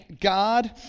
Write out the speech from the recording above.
God